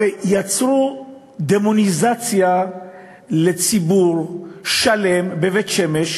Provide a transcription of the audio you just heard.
הרי יצרו דמוניזציה של ציבור שלם, בבית-שמש,